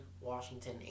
Washington